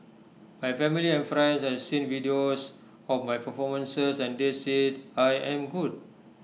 my family and friends have seen videos of my performances and they said I am good